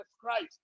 Christ